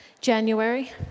January